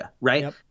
right